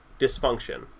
dysfunction